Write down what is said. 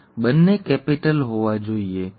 તેથી બીજા શબ્દોમાં કહીએ તો YY અને RRની સંભાવના